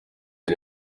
iri